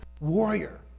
warrior